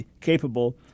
capable